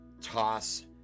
toss